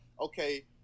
okay